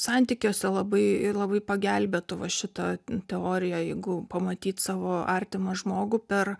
santykiuose labai labai pagelbėtų va šita teorija jeigu pamatyt savo artimą žmogų per